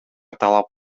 талап